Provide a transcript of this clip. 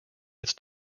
its